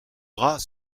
bras